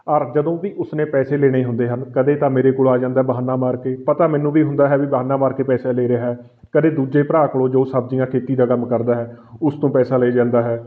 ਔਰ ਜਦੋਂ ਵੀ ਉਸਨੇ ਪੈਸੇ ਲੈਣੇ ਹੁੰਦੇ ਹਨ ਕਦੇ ਤਾਂ ਮੇਰੇ ਕੋਲ ਆ ਜਾਂਦਾ ਬਹਾਨਾ ਮਾਰ ਕੇ ਪਤਾ ਮੈਨੂੰ ਵੀ ਹੁੰਦਾ ਹੈ ਵੀ ਬਹਾਨਾ ਮਾਰ ਕੇ ਪੈਸੇ ਲੈ ਰਿਹਾ ਕਦੇ ਦੂਜੇ ਭਰਾ ਕੋਲੋਂ ਜੋ ਸਬਜ਼ੀਆਂ ਖੇਤੀ ਦਾ ਕੰਮ ਕਰਦਾ ਹੈ ਉਸ ਤੋਂ ਪੈਸਾ ਲੈ ਜਾਂਦਾ ਹੈ